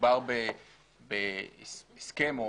מדובר בהסכם,